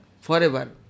forever